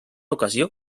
ocasió